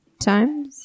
times